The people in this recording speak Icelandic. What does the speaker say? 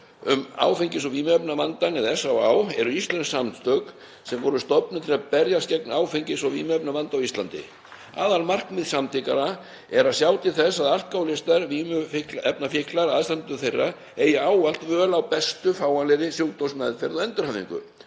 um áfengis- og vímuefnavandann eða SÁÁ eru íslensk samtök sem voru stofnuð til að berjast gegn áfengis- og vímuefnavanda á Íslandi. Aðalmarkmið samtakanna er að sjá til þess að alkóhólistar, vímuefnafíklar og aðstandendur þeirra eigi ávallt völ á bestu fáanlegri sjúkrameðferð og endurhæfingu.“